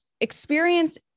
experience